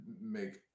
make